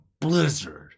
Blizzard